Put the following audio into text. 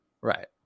Right